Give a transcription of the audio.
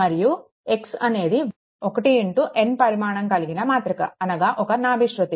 మరియు ఈ X అనేది 1 n పరిమాణం కలిగిన మాతృక అనగా ఒక వెక్టర్